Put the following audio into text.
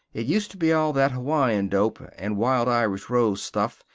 it used to be all that hawaiian dope, and wild irish rose stuff,